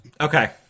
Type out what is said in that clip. Okay